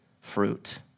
fruit